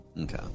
Okay